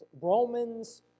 Romans